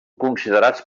considerats